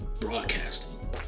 broadcasting